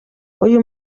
uyu